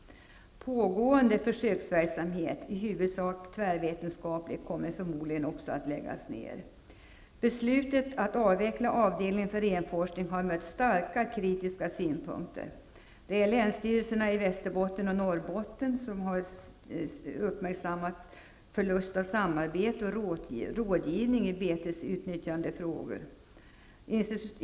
Pågående försöksverksamhet -- i huvudsak tvärvetenskaplig -- kommer förmodligen också att läggas ner. Beslutet att avveckla avdelningen för renforskning har mötts av starkt kritiska synpunkter. Länsstyrelserna i Västerbotten och Norrbotten har uppmärksammat förlusten av samarbete och rådgivning i betesutnyttjandefrågor.